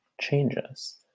changes